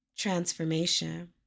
Transformation